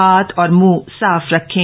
हाथ और मुंह साफ रखें